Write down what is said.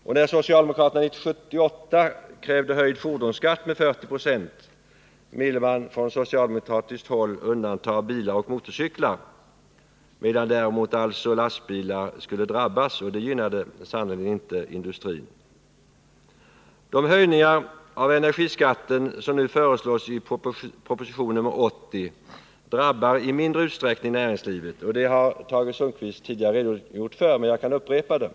Och när socialdemokraterna 1978 krävde höjd fordonsskatt med 40 96 ville de undanta bilar och motorcyklar, medan däremot lastbilar alltså skulle drabbas, och det gynnade sannerligen inte industrin. De höjningar av energiskatten som nu föreslås i proposition 80 drabbar i mindre utsträckning näringslivet. Det har Tage Sundkvist tidigare redogjort för, men jag kan upprepa det.